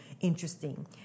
interesting